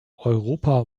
europa